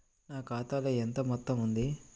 నా ఖాతాలో ఎంత మొత్తం ఉంది?